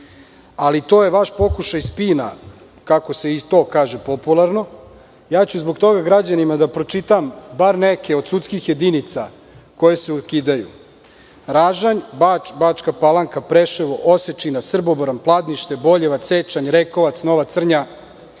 to je vaš pokušaj spina, kako se i to kaže popularno, ja ću zbog toga građanima da pročitam bar neke od sudskih jedinica koje se ukidaju – Ražanj, Bač, Bačka Palanka, Preševo, Osečina, Srbobran, Plandište, Boljevac, Sečanj, Rekovac, Nova Crnja,